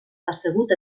assegut